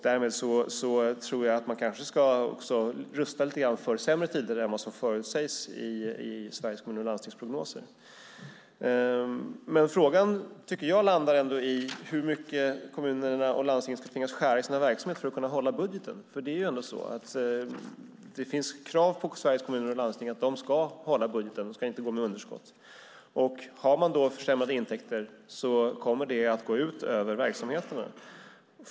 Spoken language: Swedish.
Därmed tror jag att man kanske ska rusta lite grann för sämre tider än vad som förutsägs i Sveriges Kommuner och Landstings prognoser. Men frågan tycker jag ändå landar i hur mycket kommunerna och landstingen ska tvingas skära i sina verksamheter för att kunna hålla budgeten. Det finns krav på Sveriges kommuner och landsting att de ska hålla budgeten - de ska inte gå med underskott. Har man då försämrade intäkter kommer det att gå ut över verksamheterna.